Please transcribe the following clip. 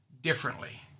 differently